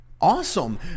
awesome